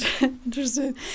Interesting